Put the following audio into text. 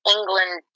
England